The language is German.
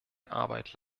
arbeit